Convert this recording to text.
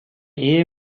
ehe